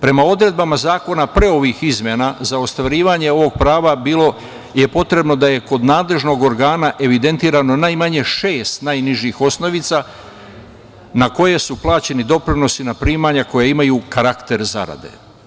Prema odredbama zakona pre ovih izmenama za ostvarivanje ovog prava bilo je potrebno da je kod nadležnog organa evidentirano najmanje šest najnižih osnovica na koje su plaćeni doprinosi na primanja koja imaju karakter zarade.